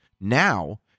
Now